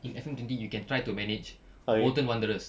in F_M twenty you can try to manage bolton wanderers